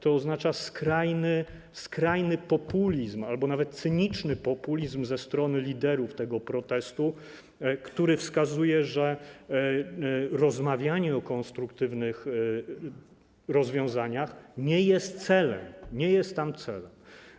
To oznacza skrajny populizm albo nawet cyniczny populizm ze strony liderów tego protestu, który wskazuje, że rozmawianie o konstruktywnych rozwiązaniach nie jest celem, nie jest tam celem.